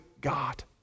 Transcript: God